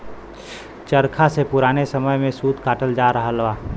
चरखा से पुराने समय में सूत कातल जात रहल